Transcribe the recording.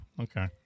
Okay